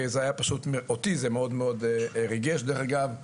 זה היה פשוט, אותי זה מאוד מאוד ריגש, דרך אגב,